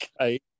okay